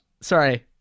Sorry